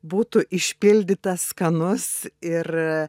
būtų išpildytas skanus ir